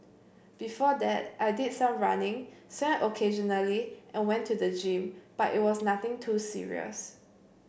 before that I did some running swam occasionally and went to the gym but it was nothing too serious